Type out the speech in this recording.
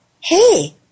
hey